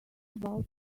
about